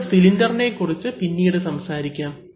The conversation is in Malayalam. നമ്മൾക്ക് സിലിണ്ടറിനെ കുറിച്ച് പിന്നീട് സംസാരിക്കാം